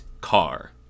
car